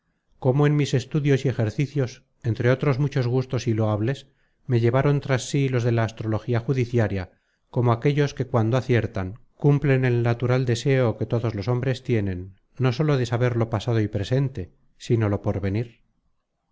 cómo en mis estudios y ejercicios entre otros muchos gustosos y loables me llevaron tras sí los de la astrología judiciaria como aquellos que cuando aciertan cumplen el natural deseo que todos los hombres tienen no sólo de saber lo pasado y presente sino lo